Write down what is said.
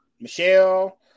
Michelle